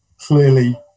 clearly